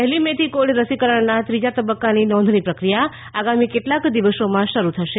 પહેલી મેથી કોવિડ રસીકરણના ત્રીજા તબક્કાની નોંધણી પ્રક્રિયા આગામી કેટલાક દિવસોમાં શરૂ થશે